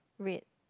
red